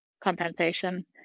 compensation